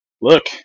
Look